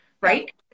right